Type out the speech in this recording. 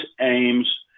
aims